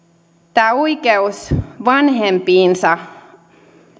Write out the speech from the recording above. tämä oikeus vanhempiinsa